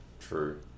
True